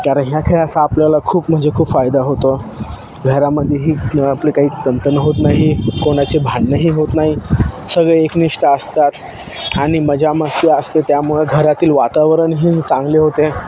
कारण ह्या खेळाचा आपल्याला खूप म्हणजे खूप फायदा होतो घरामध्येही आपले काही तणतण होत नाही कोणाचे भांडणंही होत नाही सगळे एएकनिष्ठ असतात आणि मजामस्ती असते त्यामुळं घरातील वातावरणही चांगले होते